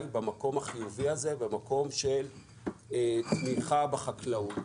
במקום החיובי הזה; במקום של תמיכה בחקלאות.